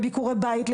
וביקורי בית,